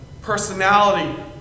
personality